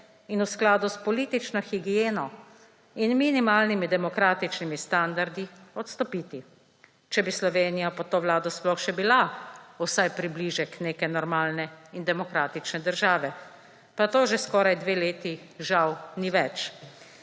in v skladu s politično higieno in minimalnimi demokratičnimi standardi odstopiti. Če bi Slovenija pod to vlado sploh še bila vsaj približek neke normalne in demokratične države, pa to že skoraj dve leti žal ni več.